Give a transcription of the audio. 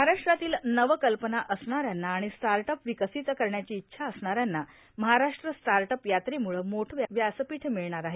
महाराष्ट्रातील नवकल्पना असणाऱ्यांना आणि स्टार्टअप विकसित करण्याची इच्छा असणाऱ्यांना महाराष्ट्र स्टार्टअप यात्रेम्रळं मोठं व्यासपीठ मिळणार आहे